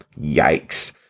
Yikes